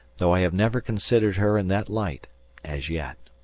though i have never considered her in that light as yet.